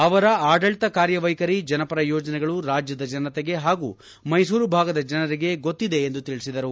ಅವರ ಆಡಳಿತ ಕಾರ್ಯವೈಖರಿ ಜನಪರ ಯೋಜನೆಗಳು ರಾಜ್ಯದ ಜನತೆಗೆ ಹಾಗೂ ಮೈಸೂರು ಭಾಗದ ಜನರಿಗೆ ಗೊತ್ತಿದೆ ಎಂದು ತಿಳಿಸಿದರು